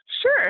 Sure